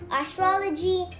astrology